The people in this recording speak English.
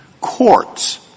courts